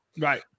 Right